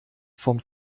vom